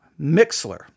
Mixler